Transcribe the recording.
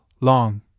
long